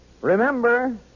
Remember